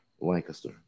Lancaster